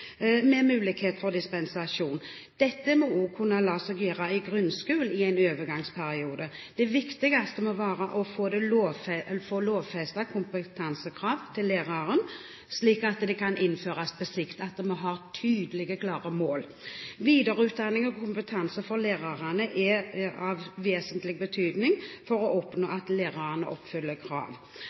med mulighet for dispensasjon. Dette må også kunne la seg gjøre i grunnskolen i en overgangsperiode. Det viktigste må være å få lovfestet kompetansekrav til læreren, slik at det på sikt kan innføres at vi har tydelige, klare mål. Videreutdanning og kompetanse for lærerne er av vesentlig betydning for å oppnå at lærerne oppfyller krav.